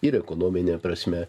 ir ekonomine prasme